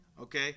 Okay